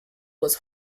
was